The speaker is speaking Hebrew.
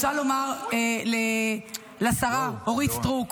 אני רוצה לומר לשרה אורית סטרוק,